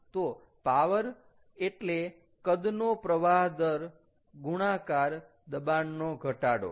તો પાવર એટલે કદનો પ્રવાહ દર ગુણાકાર દબાણનો ઘટડો